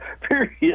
period